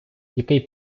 який